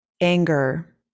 anger